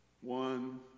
one